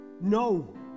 no